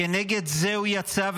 כנגד זה הוא יצא,